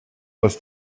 was